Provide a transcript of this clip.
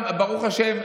ברוך השם,